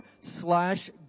slash